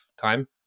time